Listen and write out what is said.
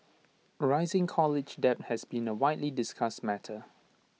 rising college debt has been A widely discussed matter